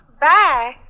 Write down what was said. Bye